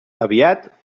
aviat